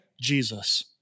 Jesus